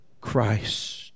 Christ